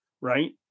right